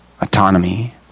Autonomy